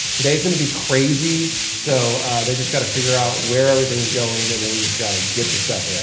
today's gonna be crazy so they just got to figure out where everything's going and then we just got to get the stuff there.